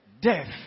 death